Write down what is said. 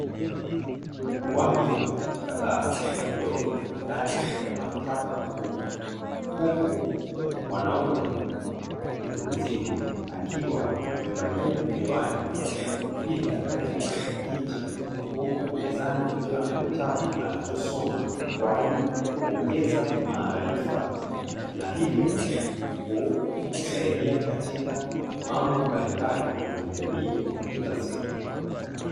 Watu kadhaa waliopo ndani ya maktaba kubwa, huku mwanaume mtu mzima akiwa amevalia miwani na kujipinda katika kiti, huku mezani kukiwa na kitabu anachosoma kwa ajili ya kuongeza maarifa na hivyo kumsaidia katika mambo mbalimbali kwenye jamii ya kila siku.